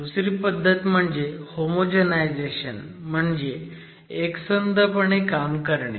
दुसरी पद्धत म्हणजे होमोजनायझेशन म्हणजे एकसंध पणे काम करणे